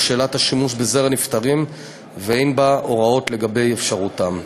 לשאלת השימוש בזרע נפטרים ואין בה הוראות לגבי אפשרותם.